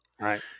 Right